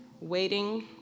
waiting